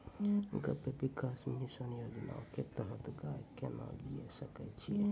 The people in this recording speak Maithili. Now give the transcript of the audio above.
गव्य विकास मिसन योजना के तहत गाय केना लिये सकय छियै?